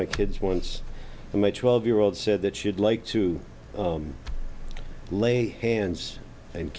my kids once and my twelve year old said that you'd like to lay hands and